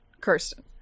Kirsten